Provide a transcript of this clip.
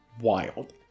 Wild